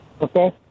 Okay